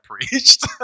preached